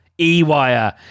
E-Wire